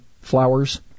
flowers